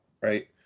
right